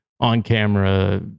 on-camera